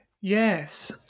Yes